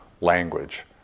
language